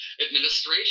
administration